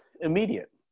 immediate